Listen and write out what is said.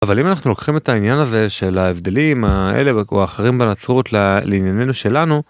אבל אם אנחנו לוקחים את העניין הזה של ההבדלים האלה או האחרים בנצרות לעניינינו שלנו.